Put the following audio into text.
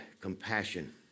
compassion